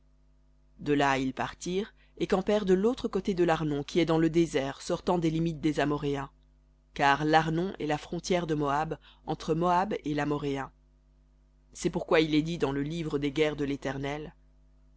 de là ils partirent et campèrent de l'autre côté de l'arnon qui est dans le désert sortant des limites des amoréens car l'arnon est la frontière de moab entre moab et lamoréen cest pourquoi il est dit dans le livre des guerres de l'éternel